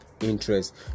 interest